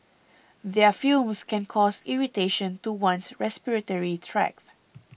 their fumes can cause irritation to one's respiratory tract